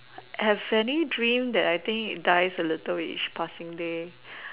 have any dream that I think it dies a little each passing day